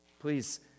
Please